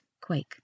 Quake